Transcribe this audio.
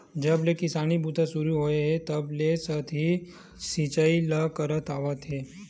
जब ले किसानी बूता सुरू होए हे तब ले सतही सिचई ल करत आवत हे